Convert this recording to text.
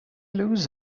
lose